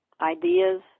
ideas